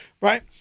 Right